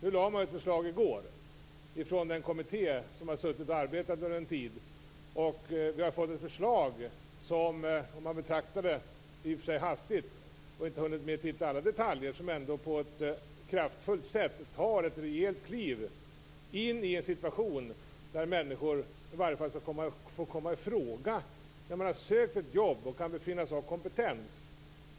I går lade den kommitté som har arbetat med frågorna en tid fram ett förslag. Jag har betraktat det som hastigast och inte hunnit med att titta på alla detaljer, men jag kan ändå säga att man i och med förslaget på ett kraftfullt sätt tar ett rejält kliv in i en situation där människor i alla fall skall få komma i fråga när de har sökt ett jobb och kan befinnas ha kompetens.